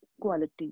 quality